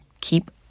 keep